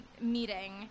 meeting